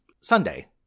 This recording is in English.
Sunday